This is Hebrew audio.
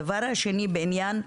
הדבר השני, בעניין,